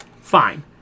Fine